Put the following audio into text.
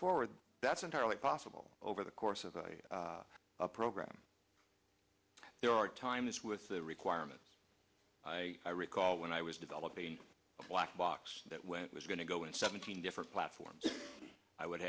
forward that's entirely possible over the course of the program there are times with the requirements i recall when i was developing a black box that when it was going to go in seventeen different platforms i would